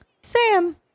Sam